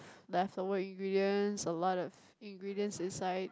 leftover ingredients a lot of ingredients inside